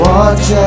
Watch